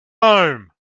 home